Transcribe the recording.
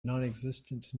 nonexistent